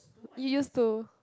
you used to